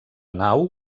nau